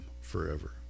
forever